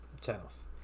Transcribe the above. channels